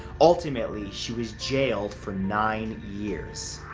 ultimately, she was jailed for nine years.